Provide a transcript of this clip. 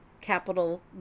capital